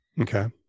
okay